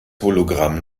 hologramm